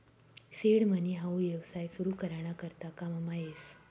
seed money हाऊ येवसाय सुरु करा ना करता काममा येस